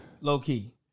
Low-key